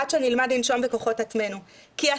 עד שנלמד לנשום בכוחות עצמנו,